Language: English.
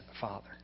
Father